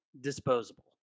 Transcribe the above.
disposable